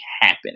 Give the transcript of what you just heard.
happening